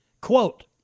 Quote